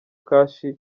kashi